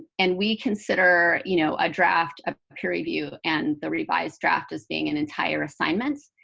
and we consider, you know, a draft, a peer review, and the revised draft is being an entire assignment.